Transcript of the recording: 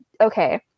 okay